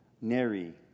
Neri